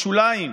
בשוליים.